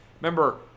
Remember